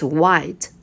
white